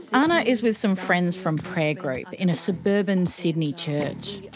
ana is with some friends from prayer group in a suburban sydney church.